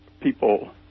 people